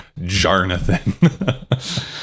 Jarnathan